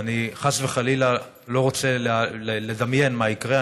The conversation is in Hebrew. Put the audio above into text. ואני חס וחלילה לא רוצה לדמיין מה יקרה.